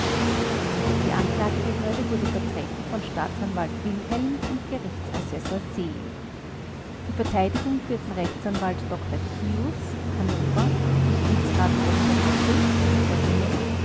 die anklagebehörde wurde vertreten von staatsanwalt wilhelm und gerichtsassesor seel die verteidigung führten rechtsanwalt dr kius hannover justizrat dr seckels